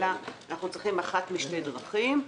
שאנחנו צריכים אחת משתי דרכים: